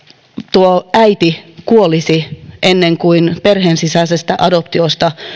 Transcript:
äiti kuolisi ennen kuin perheensisäisestä adoptiosta